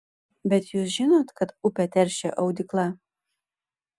bet jūs žinot kad upę teršia audykla